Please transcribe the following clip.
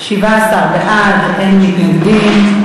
17 בעד, אין מתנגדים.